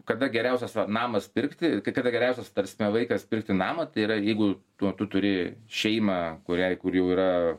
kada geriausias vat namas pirkti kai kada geriausias ta prasme laikas pirkti namą tai yra jeigu tu turi šeimą kuriai kur jau yra